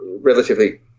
relatively